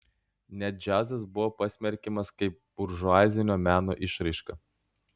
net džiazas buvo smerkiamas kaip buržuazinio meno išraiška